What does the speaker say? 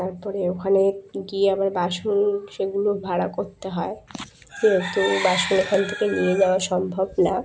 তারপরে ওখানে গিয়ে আবার বাসন সেগুলো ভাড়া করতে হয় যেহেতু বাসন এখান থেকে নিয়ে যাওয়া সম্ভব না